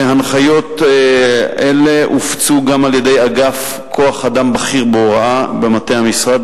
והנחיות אלה הופצו גם על-ידי אגף כוח-אדם בכיר בהוראה במטה המשרד,